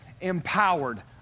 Empowered